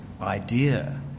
idea